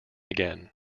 again